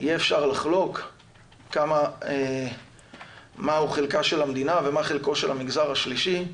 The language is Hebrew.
אי אפשר לחלוק מהו חלקה של המדינה ומה חלקו של המגזר השלישי,